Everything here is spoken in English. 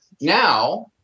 Now